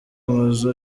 amazu